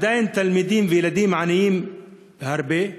עדיין תלמידים וילדים עניים יש הרבה,